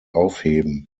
aufheben